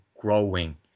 growing